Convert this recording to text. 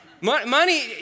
Money